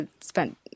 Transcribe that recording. spent